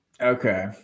Okay